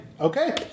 okay